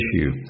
issue